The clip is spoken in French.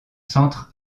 centre